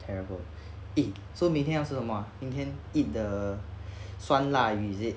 terrible eh so 明天要吃什么 ah indian eat the 酸辣 eh is it